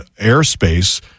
airspace